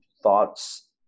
thoughts